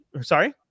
Sorry